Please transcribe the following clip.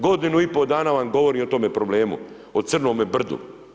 Godinu i pol dana vam govorim o tome problemu, o crnome brdu.